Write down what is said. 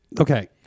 Okay